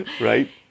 right